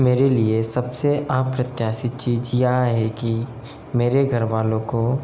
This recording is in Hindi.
मेरे लिए सबसे अप्रत्याशी चीज यह है कि मेरे घर वालों को